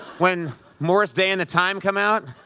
when morris day and the time come out.